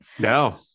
No